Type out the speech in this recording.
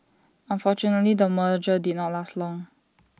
unfortunately the merger did not last long